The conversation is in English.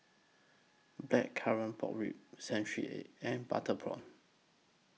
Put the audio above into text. Blackcurrant Pork Ribs Century Egg and Butter Prawn